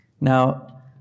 Now